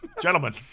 Gentlemen